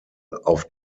auf